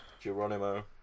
Geronimo